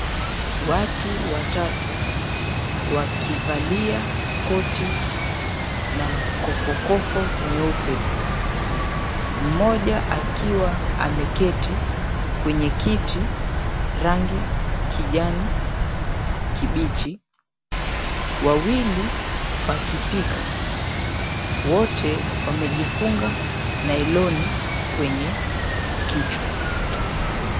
Watu watatu wakivalia koti na kufukufu nyeupe mmoja akiwa ameketi kwenye kiti rangi kijani kibichi wawili wakipika wote wamejifunga nailoni kwenye kichwa.